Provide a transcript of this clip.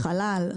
לחלל,